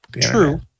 true